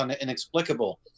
inexplicable